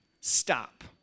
Stop